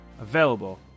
available